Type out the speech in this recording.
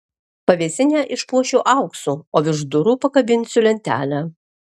pavėsinę išpuošiu auksu o virš durų pakabinsiu lentelę